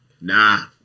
Nah